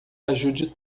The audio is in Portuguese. ajude